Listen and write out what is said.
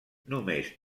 només